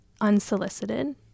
unsolicited